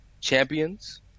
champions